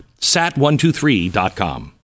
sat123.com